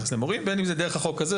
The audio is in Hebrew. בין אם זה דרך החוק הזה,